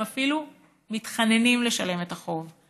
הם אפילו מתחננים לשלם את החוב,